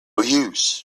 use